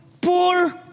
poor